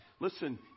Listen